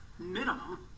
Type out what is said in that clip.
minimum